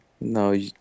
No